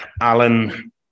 Alan